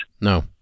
No